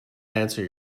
answer